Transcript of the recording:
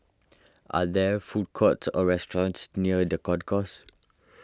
are there food courts or restaurants near the Concourse